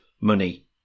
money